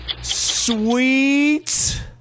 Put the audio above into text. Sweet